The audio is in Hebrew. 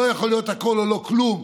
לא יכול להיות שהכול או לא כלום.